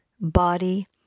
body